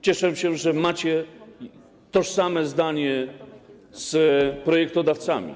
Cieszę się, że macie tożsame zdanie z projektodawcami.